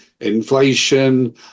inflation